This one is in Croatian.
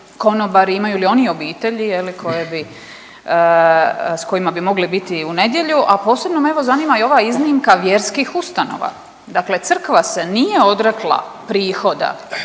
konobari imali li oni obitelji je li koje bi, s kojima bi mogli biti u nedjelju. A posebno me evo zanima i ova iznimka vjerskih ustanova. Dakle, crkva se nije odrekla prihoda